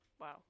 Wow